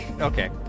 Okay